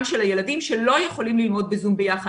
של ילדים שלא יכולים ללמוד בזום לבד.